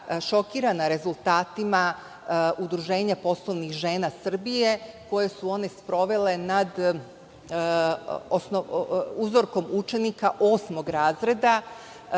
šokirana rezultatima Udruženja poslovnih žena Srbije koje su one sprovele nad uzorkom učenika osmog razreda